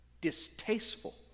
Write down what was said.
distasteful